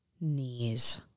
Knees